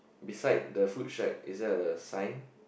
beside the food shack is there a sign